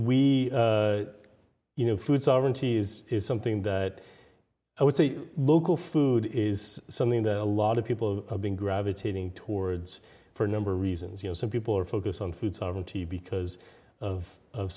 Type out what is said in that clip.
we you know food sovereignty is something that i would say local food is something that a lot of people have been gravitating towards for a number of reasons you know some people are focused on food sovereignty because of